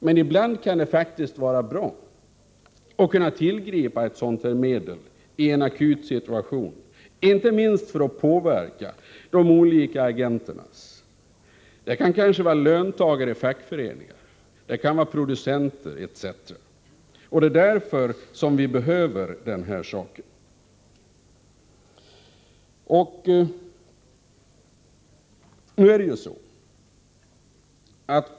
Men ibland kan det faktiskt vara bra att kunna tillgripa ett sådant medel i en akut situation, inte minst för att påverka de olika agenterna. Det kan kanske vara löntagare eller fackföreningar, det kan vara producenter etc. Det är därför som vi behöver denna prisregleringslag.